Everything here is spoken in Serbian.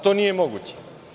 To nije moguće.